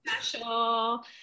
special